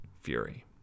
Fury